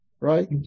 right